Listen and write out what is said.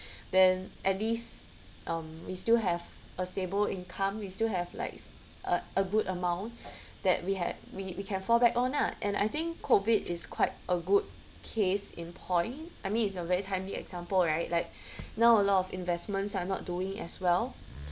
then at least um we still have a stable income we still have like a a good amount that we had we we can fall back on lah and I think COVID is quite a good case in point I mean it's a very timely example right like now a lot of investments are not doing as well